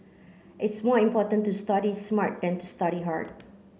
it's more important to study smart than to study hard